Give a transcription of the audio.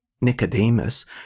Nicodemus